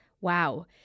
Wow